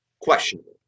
Questionable